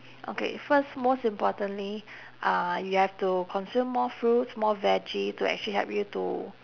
okay first most importantly uh you have to consume more fruits more veggie to actually help you to